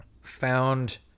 Found